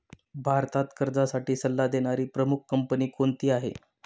भारतात कर्जासाठी सल्ला देणारी प्रमुख कंपनी कोणती आहे?